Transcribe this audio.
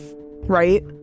right